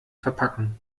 verpacken